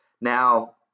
Now